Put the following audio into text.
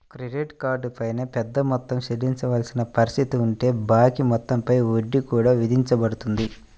credit card పై పెద్ద మొత్తం చెల్లించవలసిన పరిస్థితి ఉంటే బాకీ మొత్తం పై వడ్డీ కూడా విధించబడుతుంది